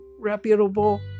reputable